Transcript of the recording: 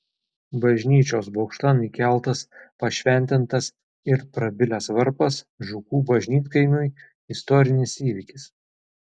bažnyčios bokštan įkeltas pašventintas ir prabilęs varpas žukų bažnytkaimiui istorinis įvykis